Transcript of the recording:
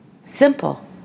Simple